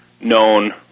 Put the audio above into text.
known